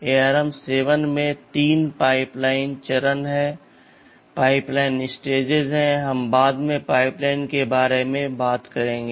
ARM 7 में 3 pipeline चरण हैं हम बाद में पाइपलाइन के बारे में बात करेंगे